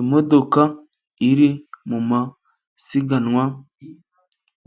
Imodoka iri mu masiganwa,